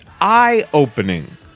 eye-opening